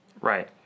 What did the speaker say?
Right